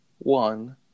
One